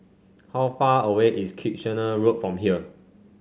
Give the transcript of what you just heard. how far away is Kitchener Road from here